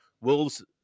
Wolves